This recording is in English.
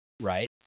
right